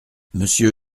monsieur